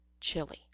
chili